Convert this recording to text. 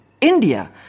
India